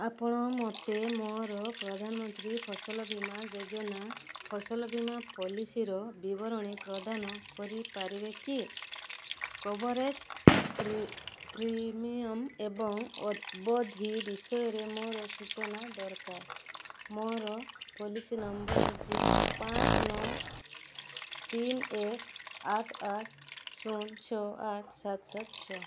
ଆପଣ ମୋତେ ମୋର ପ୍ରଧାନମନ୍ତ୍ରୀ ଫସଲ ବୀମା ଯୋଜନା ଫସଲ ବୀମା ପଲିସିର ବିବରଣୀ ପ୍ରଦାନ କରିପାରିବେ କି କଭରେଜ୍ ପ୍ରି ପ୍ରିମିୟମ୍ ଏବଂ ଅବଧି ବିଷୟରେ ମୋର ସୂଚନା ଦରକାର ମୋର ପଲିସି ନମ୍ବର୍ ହେଉଛି ପାଞ୍ଚ ନଅ ତିନ ଏକ ଆଠ ଆଠ ଶୂନ ଛଅ ଆଠ ସାତ ସାତ ଛଅ